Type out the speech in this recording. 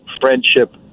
friendship